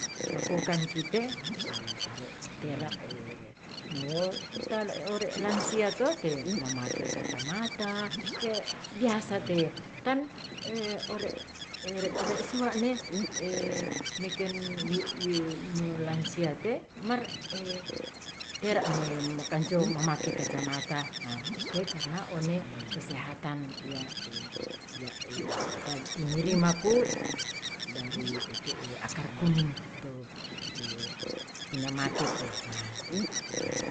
Wakokang kite ore' tera no ore' lansia to te mamake kacamata te biasa te ton ore' sura ne meken wi nu lansia te mar tera' ne makanjo mamake kacamata te karna one kesehatan ya tinirimaku dari itu akar kuning to pinamake ku.